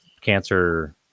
cancer